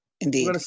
indeed